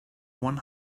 one